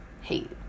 Hate